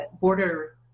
border –